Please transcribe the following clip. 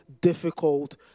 difficult